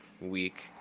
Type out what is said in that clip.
week